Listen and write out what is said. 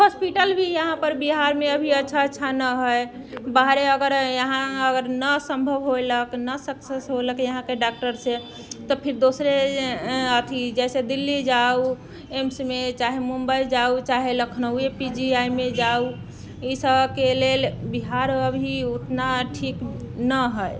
hospital भी यहाँ पर बिहारमे अभी अच्छा अच्छा नहि हय बाहरे अगर यहाँ अगर नहि सम्भव होलक नहि सक्सेस होलक यहाँके डॉक्टर से तऽ फिर दोसरेके जैसे अथी दिल्ली जाउ एम्समे चाहे मुंबइ जाउ चाहे लखनउए पी जी आइमे जाउ ई सबके लेल बिहारमे अभी ओतना ठीक नहि हय